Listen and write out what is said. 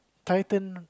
titan